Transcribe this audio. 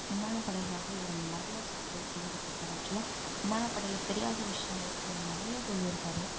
விமானப்படைக்காக இவர் நிறையா சொற்கள் சொல்லி கொடுத்துருக்காரு ஆக்சுவலாக விமானப்படையில் தெரியாத விஷயங்கள் இவர் நிறையா சொல்லியிருக்கார்